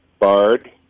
bard